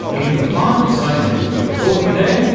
in the five so and minutes we were talking there,